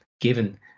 given